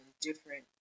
different